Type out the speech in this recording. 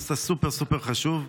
נושא סופר-סופר-חשוב.